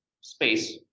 space